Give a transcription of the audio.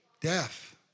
Death